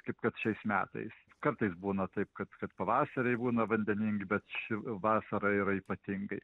kaip kad šiais metais kartais būna taip kad kad pavasariai būna vandeningi bet ši vasara yra ypatingai